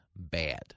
Bad